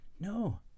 no